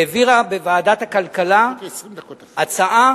בוועדת הכלכלה הצעה